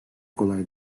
kolay